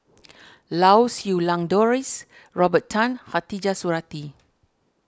Lau Siew Lang Doris Robert Tan Khatijah Surattee